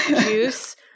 juice